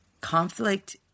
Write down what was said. Conflict